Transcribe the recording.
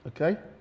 Okay